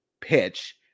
pitch